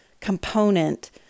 component